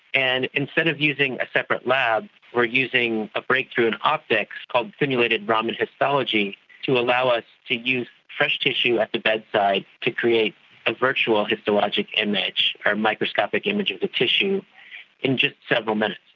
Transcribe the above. and instead of using a separate lab we are using a breakthrough in optics called stimulated raman histology to allow us to use fresh tissue at the bedside to create a virtual histologic image or microscopic images of tissue in just several minutes.